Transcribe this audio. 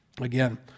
Again